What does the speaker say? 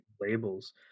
labels